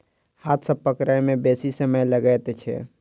हाथ सॅ पकड़य मे बेसी समय लगैत छै